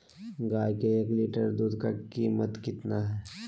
गाय के एक लीटर दूध का कीमत कितना है?